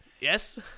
Yes